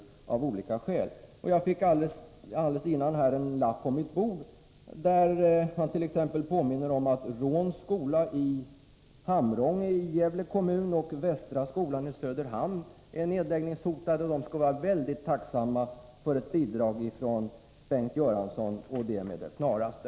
Jag fick precis före den här frågestunden en lapp på mitt bord där man t.ex. påminner om att Råns skola i Hamrånge i Gävle kommun och Västra skolan i Söderhamn är nedläggningshotade och att man skulle vara mycket tacksam för bidrag från Bengt Göransson — och detta med det snaraste.